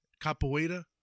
capoeira